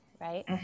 right